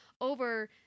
over